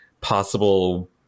possible